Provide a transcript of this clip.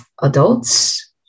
adults